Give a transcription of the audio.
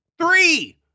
Three